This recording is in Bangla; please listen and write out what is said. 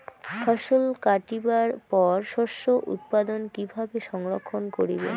ফছল কাটিবার পর শস্য উৎপাদন কিভাবে সংরক্ষণ করিবেন?